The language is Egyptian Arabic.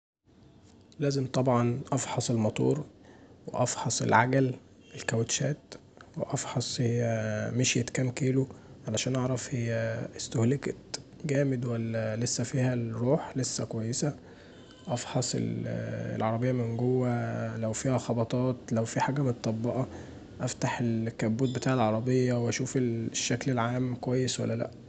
لازم طبعا افحص الماتور، افحص العجل، الكاوتشات وافحص هي مشيت كام كيلو عشان اعرف هي استهلكت جامد ولا لسه فيها الروح، لسه كويسه افحص العربيه من جوا لو فيها خبطات، لو فيه حاجه مطبقه، افتح الكبوت بتاع العربيه اشوف الشكل العام كويس ولا لأ.